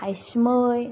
थाइसुमै